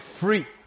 free